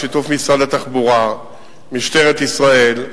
בשיתוף משרד התחבורה ומשטרת ישראל,